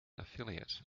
affiliate